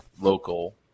local